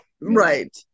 right